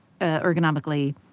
ergonomically